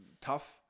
tough